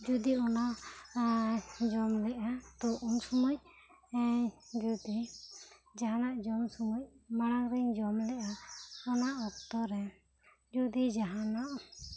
ᱡᱩᱫᱤ ᱚᱱᱟ ᱡᱚᱢ ᱞᱮᱫᱼᱟ ᱛᱚ ᱩᱱ ᱥᱚᱢᱚᱭ ᱡᱩᱫᱤ ᱡᱟᱦᱟᱱᱟᱜ ᱡᱚᱢ ᱥᱚᱢᱚᱭ ᱢᱟᱲᱟᱝ ᱨᱤᱧ ᱡᱚᱢ ᱞᱮᱫᱼᱟ ᱚᱱᱟ ᱚᱠᱛᱚ ᱨᱮ ᱡᱩᱫᱤ ᱡᱟᱦᱟᱱᱟᱜ